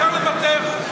אפשר לוותר עליו.